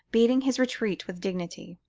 beating his retreat with dignity.